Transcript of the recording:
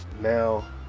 now